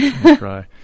Try